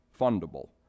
fundable